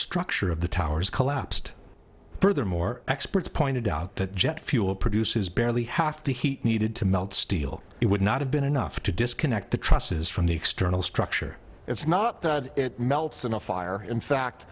structure of the towers collapsed furthermore experts pointed out that jet fuel produces barely half the heat needed to melt steel it would not have been enough to disconnect the trusses from the external structure it's not that it melts in a fire in fact